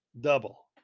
double